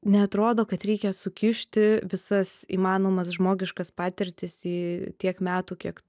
neatrodo kad reikia sukišti visas įmanomas žmogiškas patirtis į tiek metų kiek